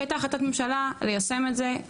כי הייתה החלטת ממשלה ליישם את זה.